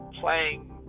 playing